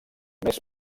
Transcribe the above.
més